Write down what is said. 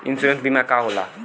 Insurance बीमा का होला?